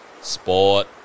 sport